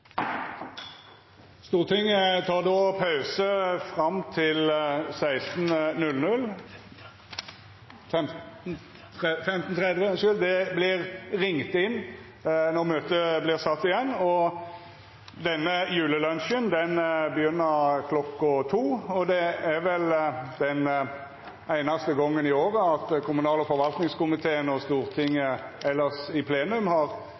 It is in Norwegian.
Stortinget tek då pause fram til kl. 15.30. Julelunsjen startar kl. 14, og dette er vel den einaste gongen i året at kommunal- og forvaltningskomiteen og Stortinget i plenum har